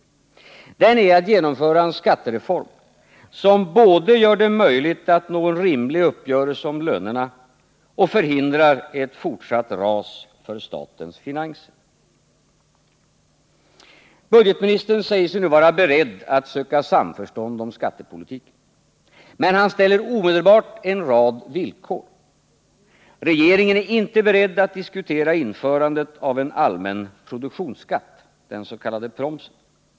Den gäller genomförandet av en skattereform som både gör det möjligt att nå en rimlig uppgörelse om lönerna och hindra ett fortsatt ras för statens finanser. Budgetministern säger sig nu vara beredd att söka samförstånd om skattepolitiken, men han ställer omedelbart en rad villkor. Regeringen är inte beredd att diskutera införandet av en allmän produktionsskatt, den s.k. promsen.